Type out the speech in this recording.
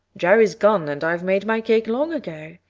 jerry's gone and i've made my cake long ago.